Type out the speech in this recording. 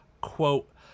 quote